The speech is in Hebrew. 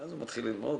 ואז הוא מתחיל ללמוד,